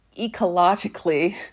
ecologically